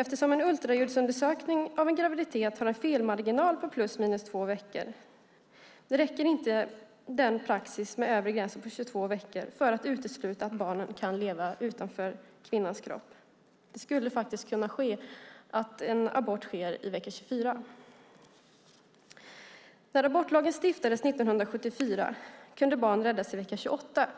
Eftersom en ultraljudsundersökning av en graviditet har en felmarginal på +-2 veckor räcker inte längre den i praxis tillämpade övre gränsen på 22 veckor för att utesluta att barnet kan leva utanför kvinnans kropp. Det skulle kunna hända att en abort sker i vecka 24. När abortlagen stiftades 1974 kunde barn räddas i vecka 28,